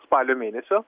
spalio mėnesio